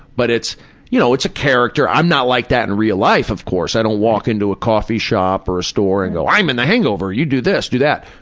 but it's you know it's a character, i'm not like that in real life of course. i don't walk into a coffee shop or a store and go, i'm in the hangover. you do this, do that.